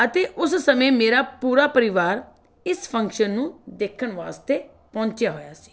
ਅਤੇ ਉਸ ਸਮੇਂ ਮੇਰਾ ਪੂਰਾ ਪਰਿਵਾਰ ਇਸ ਫੰਕਸ਼ਨ ਨੂੰ ਦੇਖਣ ਵਾਸਤੇ ਪਹੁੰਚਿਆ ਹੋਇਆ ਸੀ